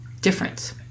difference